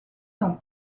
dans